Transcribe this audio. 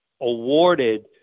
awarded